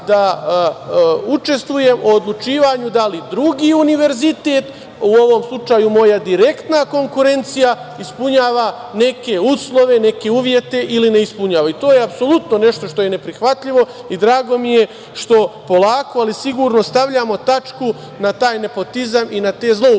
da učestvujem u odlučivanju da li drugi univerzitet, u ovom slučaju moj direktna konkurencija, ispunjava neke uslove, neke uvjete ili ne ispunjava. To je apsolutno nešto što je neprihvatljivo i drago mi je što polako ali sigurno stavljamo tačku na taj nepotizam i na te